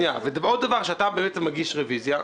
ועוד דבר, שאתה מגיש רוויזיה.